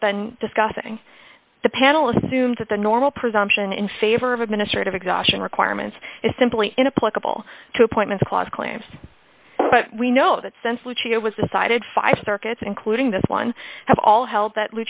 been discussing the panel assumes that the normal presumption in favor of administrative exhaustion requirements is simply in a political to appointments clause claims but we know that since luci it was decided five circuits including this one have all held that l